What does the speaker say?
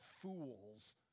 fools